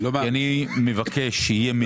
כי אני מבקש שיהיה מדויק.